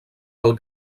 pel